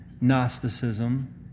Gnosticism